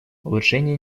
улучшения